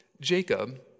Jacob